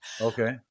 okay